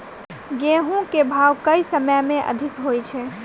गेंहूँ केँ भाउ केँ समय मे अधिक होइ छै?